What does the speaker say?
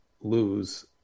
lose